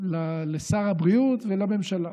לשר הבריאות ולממשלה.